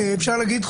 אפשר להגיד,